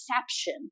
perception